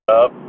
up